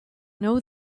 know